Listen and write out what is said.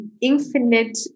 infinite